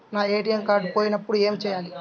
నా ATM card పోయినప్పుడు ఏమి చేయాలి?